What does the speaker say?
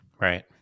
Right